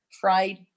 fried